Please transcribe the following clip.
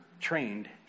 trained